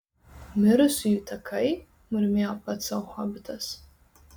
mirusiųjų takai murmėjo pats sau hobitas